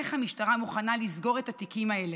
איך המשטרה מוכנה לסגור את התיקים האלה?